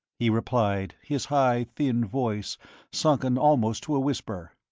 he replied, his high, thin voice sunken almost to a whisper,